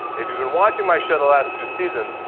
if you've been watching my show the last two seasons,